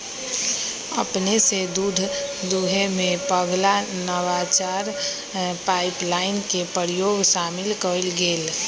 अपने स दूध दूहेमें पगला नवाचार पाइपलाइन के प्रयोग शामिल कएल गेल